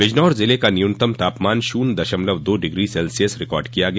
बिजनौर ज़िले का न्यूनतम तापमान शून्य दशमलव दो डिग्री सेल्सियस रिकार्ड किया गया